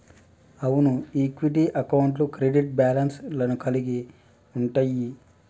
అవును ఈక్విటీ అకౌంట్లు credit balance లను కలిగి ఉంటయ్యి